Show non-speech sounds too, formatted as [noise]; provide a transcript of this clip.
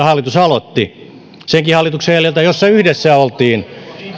[unintelligible] hallitus aloitti senkin hallituksen jäljiltä jossa yhdessä oltiin